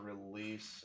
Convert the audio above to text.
release